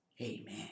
Amen